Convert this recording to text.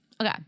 Okay